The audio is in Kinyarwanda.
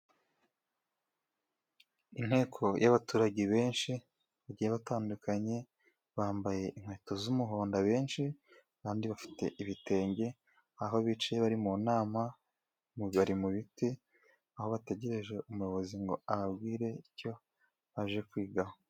Inteko y'abaturage benshi bagiye batandukanye, bambaye inkweto z'umuhondo abenshi, abandi bafite ibitenge, aho bicaye bari mu nama bari mu biti, aho bategereje umuyobozi ngo ababwire icyo baje kwigaho.